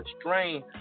strain